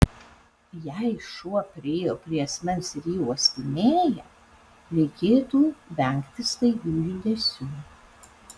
jei šuo priėjo prie asmens ir jį uostinėja reikėtų vengti staigių judesių